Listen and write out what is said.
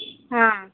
हँ